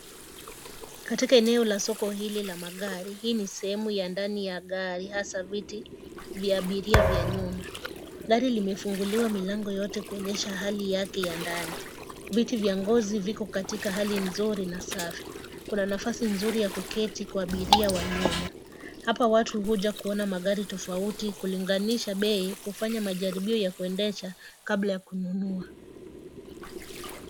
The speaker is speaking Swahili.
Katika eneo la soko hili la magari. Hii ni sehemu ya ndani ya gari hasa viti vya abiria vya nyuma. Gari limefunguliwa milango yote kuonyesha hali yake ya ndani. Viti vya ngozi viko katika hali nzuri na safi. Kuna nafasi nzuri ya kuketi kwa abiria wa nyuma. Hapa watu huja kuona magari tofauti kulinganisha bei kufanya majiribio ya kuendesha kabla ya kununua.